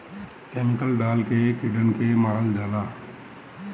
chemical डाल के कीड़न के मारल जाला